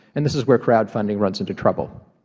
and this is where crowdfunding runs into trouble.